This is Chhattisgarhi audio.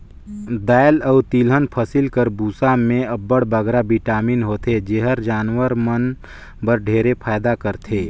दाएल अए तिलहन फसिल कर बूसा में अब्बड़ बगरा बिटामिन होथे जेहर जानवर मन बर ढेरे फएदा करथे